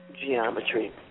geometry